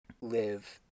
live